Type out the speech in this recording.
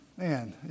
Man